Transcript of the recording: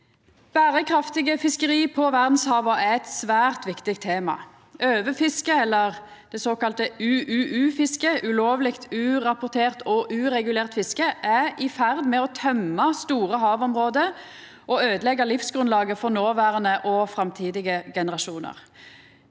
Berekraftige fiskeri på verdshava er eit svært viktig tema. Overfiske, eller såkalla UUU-fiske – ulovleg, urapportert og uregulert fiske – er i ferd med å tømma store havområde og øydeleggja livsgrunnlaget for noverande og framtidige generasjonar.